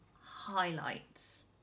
highlights